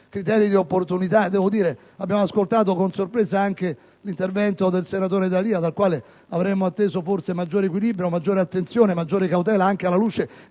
criteri di opportunità. Devo dire che abbiamo ascoltato con sorpresa anche l'intervento del senatore D'Alia, dal quale ci saremmo attesi maggiore equilibrio, attenzione e cautela, anche alla luce